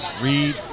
Reed